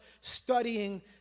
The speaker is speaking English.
studying